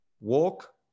walk